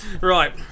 Right